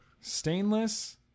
Stainless